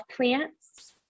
plants